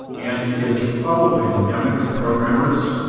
and it's probably endemic to programmers.